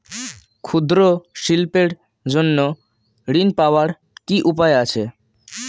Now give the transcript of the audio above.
ক্ষুদ্র শিল্পের জন্য ঋণ পাওয়ার কি উপায় আছে?